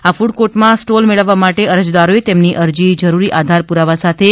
આ ફ્રડકોર્ટમાં સ્ટોલ મેળવવા માટે અરજદારોએ તેમની અરજી જરૂરી આધાર પૂરાવા સાથે તા